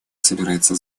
собирается